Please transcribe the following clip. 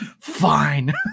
Fine